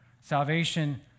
Salvation